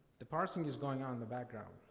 the parsing is going on in the background,